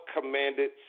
commanded